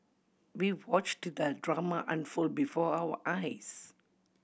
we watched the drama unfold before our eyes